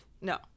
No